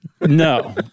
No